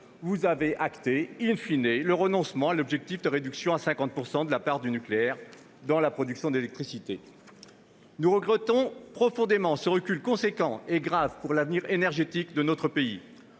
vous avez acté,, le renoncement à l'objectif de réduction à 50 % de la part du nucléaire dans la production d'électricité. Nous regrettons profondément ce recul conséquent et grave pour l'avenir énergétique de notre pays.